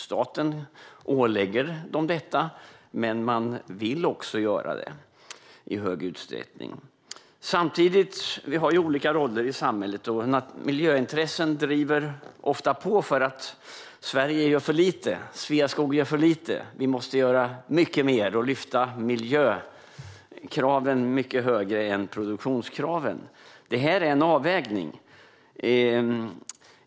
Staten ålägger dem detta, men man vill också göra det i stor utsträckning. Vi har ju olika roller i samhället, och miljöintressen driver ofta på och menar att Sverige gör för lite, att Sveaskog gör för lite och att vi måste göra mer och lyfta miljökraven mycket högre än produktionskraven. Detta är en avvägning.